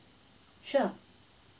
sure